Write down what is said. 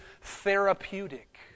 therapeutic